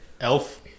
Elf